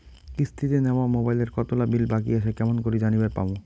কিস্তিতে নেওয়া মোবাইলের কতোলা বিল বাকি আসে কেমন করি জানিবার পামু?